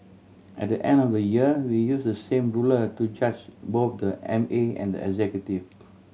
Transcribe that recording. at the end of the year we use the same ruler to judge both the M A and the executive